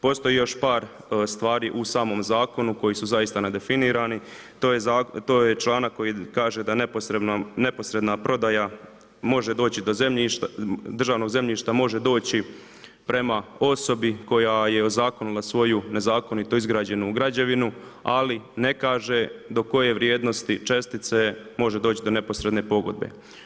Postoji još par stvari u samom zakonu, koji su zaista nedefinirani, to je članak, koji kaže da neposredna prodaja može doći do zemljišta, državnog zemljišta, može doći prema osobi koja je u zakonu na svoju nezakonito izgrađenu građevinu, ali ne kaže, do koje vrijednosti čestice, može doći do neposredno pogodbe.